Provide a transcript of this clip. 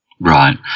Right